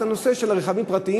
היא הנושא של הרכבים הפרטיים.